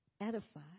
edify